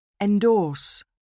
Endorse